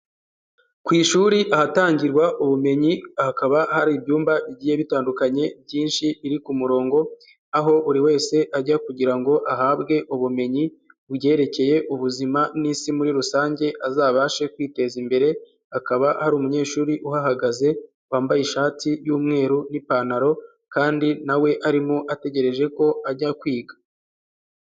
Ku ishuri ahatangirwa ubumenyi, hakaba hari ibyumba bigiye bitandukanye byinshi biri ku murongo, aho buri wese ajya kugira ngo ahabwe ubumenyi mu byerekeye ubuzima n'isi muri rusange, azabashe kwiteza imbere, hakaba hari umunyeshuri uhagaze, wambaye ishati y'umweru n'ipantaro kandi na we arimo, ategereje ko ajya kwiga.